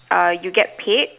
uh you get paid